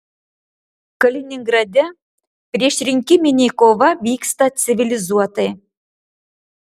kaliningrade priešrinkiminė kova vyksta civilizuotai